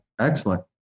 excellent